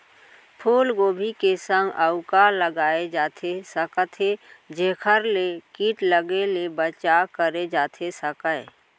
फूलगोभी के संग अऊ का लगाए जाथे सकत हे जेखर ले किट लगे ले बचाव करे जाथे सकय?